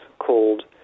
called